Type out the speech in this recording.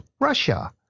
Russia